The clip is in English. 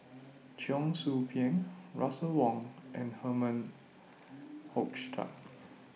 Cheong Soo Pieng Russel Wong and Herman Hochstadt